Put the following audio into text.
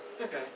Okay